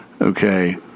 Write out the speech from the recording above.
okay